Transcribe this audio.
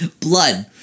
blood